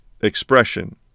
expression